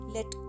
Let